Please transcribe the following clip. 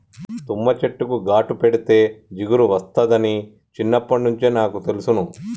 తుమ్మ చెట్టుకు ఘాటు పెడితే జిగురు ఒస్తాదని చిన్నప్పట్నుంచే నాకు తెలుసును